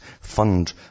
fund